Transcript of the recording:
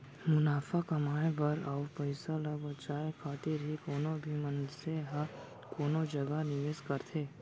मुनाफा कमाए बर अउ पइसा ल बचाए खातिर ही कोनो भी मनसे ह कोनो जगा निवेस करथे